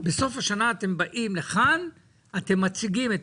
בסוף השנה אתם באים לכאן ואתם מציגים את